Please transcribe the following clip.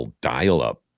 dial-up